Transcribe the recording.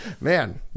Man